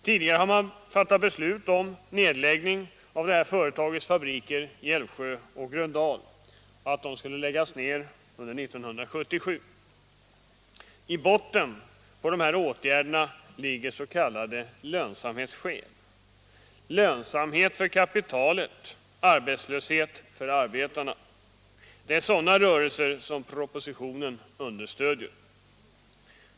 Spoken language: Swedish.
Tidigare hade beslut fattats att detta företags fabriker i Älvsjö och Gröndal skulle läggas ner under 1977. I botten på dessa åtgärder ligger s.k. lönsamhetsskäl — lönsamhet för kapitalet, arbetslöshet för arbetarna. Det är sådana rörelser som propositionen understödjer.